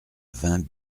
vingt